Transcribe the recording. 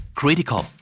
critical